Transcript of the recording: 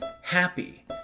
Happy